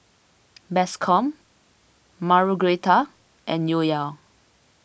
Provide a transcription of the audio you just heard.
Bascom Margueritta and Yoel